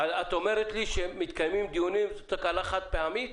לי שמתקיימים דיונים וזו תקלה חד-פעמית?